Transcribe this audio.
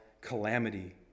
calamity